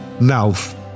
mouth